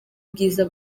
ubwiza